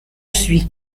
suis